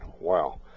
Wow